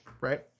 right